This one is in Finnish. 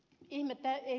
arvoisa puhemies